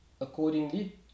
accordingly